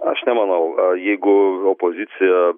aš nemanau jeigu opozicija